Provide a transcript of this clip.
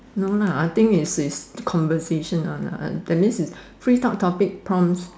no lah I think is is conversation one lah that means is free talk topic prompts